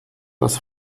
das